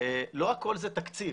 לא הכול זה תקציב.